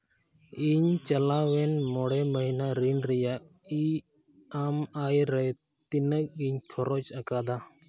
ᱤᱧ ᱪᱟᱞᱟᱣᱮᱱ ᱢᱚᱬᱮ ᱢᱟᱹᱦᱱᱟᱹ ᱨᱤᱞ ᱨᱮᱭᱟᱜ ᱤ ᱟᱢ ᱟᱭ ᱨᱮ ᱛᱤᱱᱟᱹᱜ ᱤᱧ ᱠᱷᱚᱨᱚᱪ ᱟᱠᱟᱫᱟ